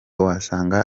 wasanga